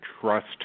trust